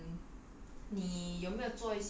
这个 COVID nineteen 的时候 orh